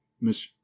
Miss